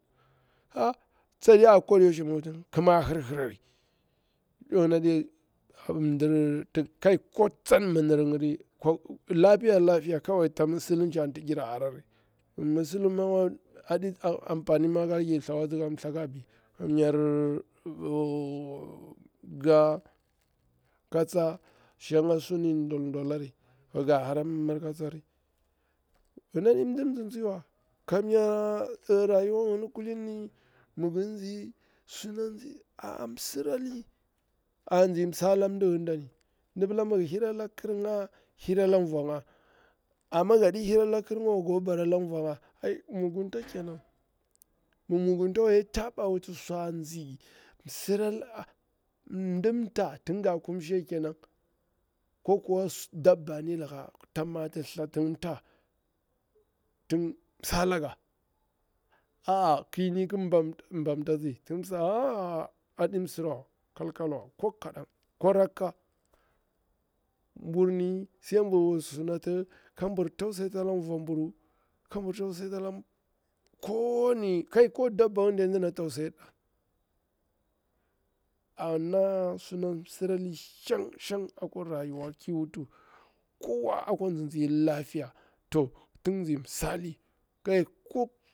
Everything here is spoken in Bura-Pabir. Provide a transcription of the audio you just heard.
Aa tsadiya koda yaushe mi gir wutini hirhirari, mdigini aɗi mda ti jira mwa ka tsawa ko tsan minir ngiri, lafiya lafiya kawai ta musulunci anti gira harari. Mi musulum mawa amfani aɗi kajir thlawa tsi ka thlaka bi, kam nyar nga ka tsa shanga suni doldoleri ga hara miri ka tsari, ngini aɗi mdic tsitsiwa, kamnya rayuwa gini kulini mi gir tsi suna aa rasinah a tsi msala mdi ngin dani amma gaɗi hira la ƙir ngiwa, ga kwa hirara vonga mugunta kenan, mi muguntawa yaɗi taɓa wutsu anzi msira la mdi, wa, mi mɗi mta nga ƙumshi ya kenan ko kuma dabba nilaka, ta mati thlatin mta tin msalanga, aa ƙirni ki bamtatsi ka uwu, aa aɗi msira wa aɗi kalkalwa, ko rakka, mbunni sai bir tausayeta ala voburu. Ana suna mseli ki wuti ndekawa mu lafiya.